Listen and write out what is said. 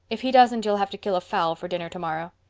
if he doesn't you'll have to kill a fowl for dinner tomorrow.